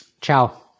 ciao